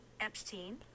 Epstein